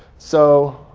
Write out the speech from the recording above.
so